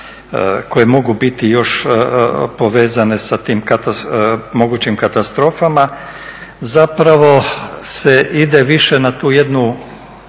koje mogu biti povezane sa tim mogućim katastrofama zapravo se ide više na tu jednu